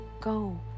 go